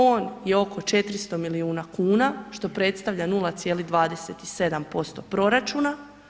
On je oko 400 milijuna kuna, što predstavlja 0,27% proračuna.